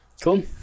Cool